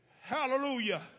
Hallelujah